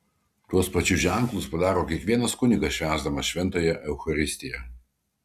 tuos pačius ženklus padaro kiekvienas kunigas švęsdamas šventąją eucharistiją